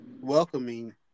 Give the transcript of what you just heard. welcoming